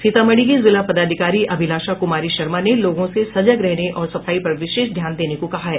सीतामढ़ी की जिला पदाधिकारी अभिलाषा कुमारी शर्मा ने लोगों से सजग रहने और सफाई पर विदेश ध्यान देने को कहा है